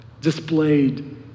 displayed